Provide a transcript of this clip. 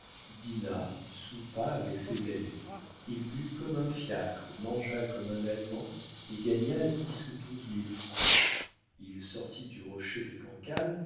dîna soupa avec ses amis il but comme un fiacre mangea comme un allemand et gagna dix ou douze mille francs il sortit du rocher de cancale